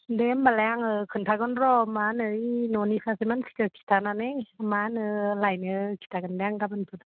दे होनबालाय आङो खिन्थागोन र' मा होनो ओइ न'नि सासे मानसिखौ खिथानानै मा होनो लायनो खिथागोन दे आङो गाबोनफोर